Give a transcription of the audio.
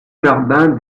jardin